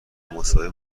مساوی